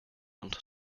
unter